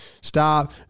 stop